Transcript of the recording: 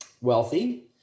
wealthy